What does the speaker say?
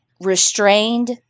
restrained